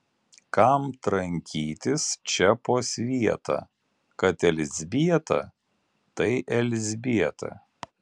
kam trankytis čia po svietą kad elzbieta tai elzbieta